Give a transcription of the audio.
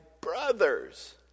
brothers